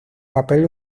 papel